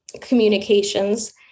communications